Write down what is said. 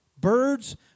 Birds